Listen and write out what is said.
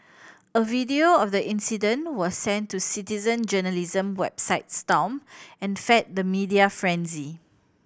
a video of the incident was sent to citizen journalism website Stomp and fed the media frenzy